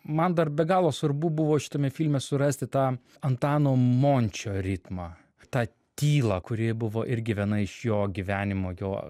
man dar be galo svarbu buvo šitame filme surasti tą antano mončio ritmą tą tylą kuri buvo irgi viena iš jo gyvenimo jo